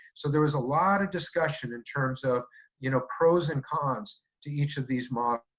so there was a lot of discussion in terms of you know pros and cons to each of these models.